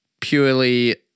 purely